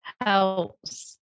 helps